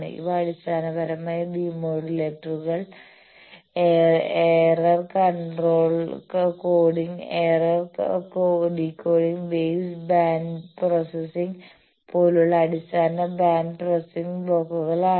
ഇവ അടിസ്ഥാനപരമായി ഡിമോഡുലേറ്ററുകൾ error control coding error decoding base band processing പോലുള്ള അടിസ്ഥാന ബാൻഡ് പ്രോസസ്സിംഗ് ബ്ലോക്കുകളാണ്